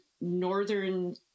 Northern